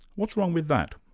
what's wrong with that?